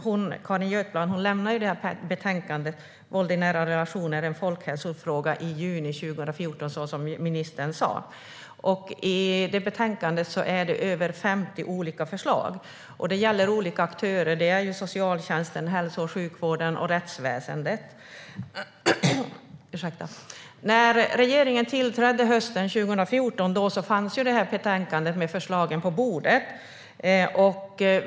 Hon lämnade betänkandet Våld i nära relationer - en folkhälsofråga i juni 2014, som ministern sa. I betänkandet finns över 50 olika förslag. Det gäller olika aktörer: socialtjänsten, hälso och sjukvården och rättsväsendet. När regeringen tillträdde hösten 2014 fanns betänkandet med förslagen på bordet.